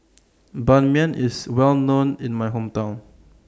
Ban Mian IS Well known in My Hometown